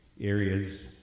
areas